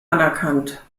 anerkannt